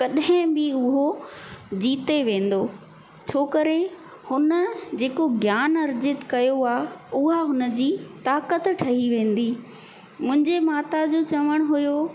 कॾहिं बि उहो जीते वेंदो छो करे उन जेको ज्ञान अर्जित कयो आहे उहा उन जी ताक़त ठही वेंदी मुंहिंजे माता जो चवणु हुयो